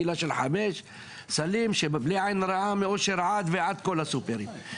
הם יכולים במקום להטיל על האיש הקטן,